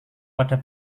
pada